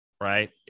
right